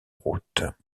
route